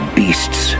beasts